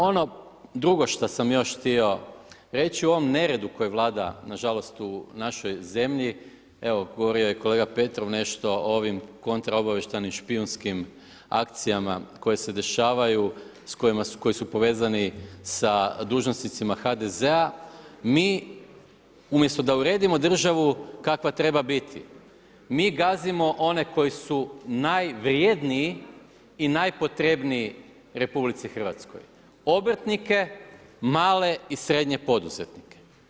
Ono drugo što sam još htio reći, u ovom neredu koji vlada, nažalost u našoj zemlji, govorio je kolega Petrov, o ovim kontra obavještajno špijunskim akcijama, koje se dešavaju, koje su povezani sa dužnosnicima HDZ-a mi umjesto da uredimo državu kakva treba biti, mi gazimo one koji su najvrjedniji i najpotrebniji RH, obrtnike, male i srednje poduzetnike.